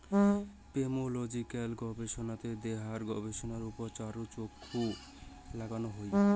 pomological গবেষনাত দেহার গবেষণার উপুরা চখু নাগানো হই